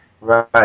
Right